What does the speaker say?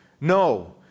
no